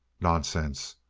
nonsense!